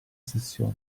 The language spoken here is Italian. sessioni